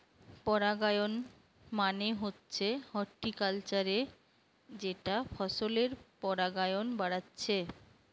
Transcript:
পরাগায়ন মানে হচ্ছে হর্টিকালচারে যেটা ফসলের পরাগায়ন বাড়াচ্ছে